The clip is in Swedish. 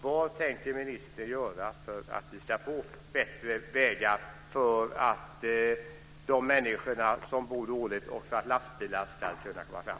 Vad tänker ministern göra för att vi ska få bättre vägar så att de människor som bor dåligt och lastbilarna ska kunna komma fram?